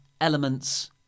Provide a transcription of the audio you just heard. elements